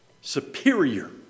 superior